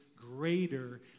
greater